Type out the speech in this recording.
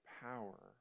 power